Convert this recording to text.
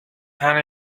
hand